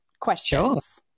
questions